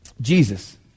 Jesus